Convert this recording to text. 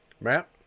Matt